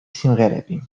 სიმღერები